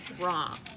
wrong